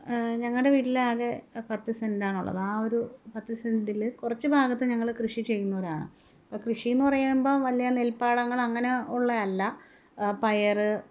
ഞങ്ങളുടെ വീട്ടിലാകെ പത്ത് സെൻറ്റാണ് ഉള്ളത് ആ ഒരു പത്ത് സെൻറില് കുറച്ച് ഭാഗത്ത് ഞങ്ങൾ കൃഷി ചെയ്യുന്നവരാണ് അപ്പം കൃഷി എന്ന് പറയുമ്പോൾ വലിയ നെൽപ്പാടങ്ങൾ അങ്ങനെ ഉള്ള അല്ല പയർ